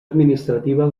administrativa